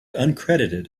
uncredited